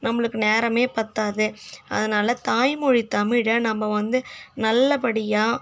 நம்மளுக்கு நேரம் பத்தாது அதனால தாய்மொழி தமிழை நம்ம வந்து நல்லபடியாக